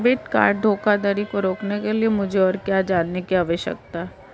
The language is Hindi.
डेबिट कार्ड धोखाधड़ी को रोकने के लिए मुझे और क्या जानने की आवश्यकता है?